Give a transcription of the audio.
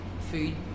food